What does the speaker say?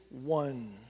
one